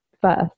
first